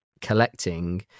collecting